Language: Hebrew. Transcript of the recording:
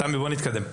תמי, בואי נתקדם.